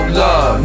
love